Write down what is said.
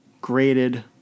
graded